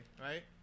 right